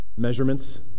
measurements